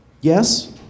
Yes